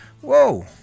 whoa